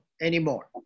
anymore